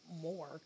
more